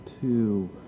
two